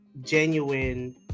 genuine